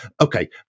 Okay